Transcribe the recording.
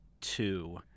two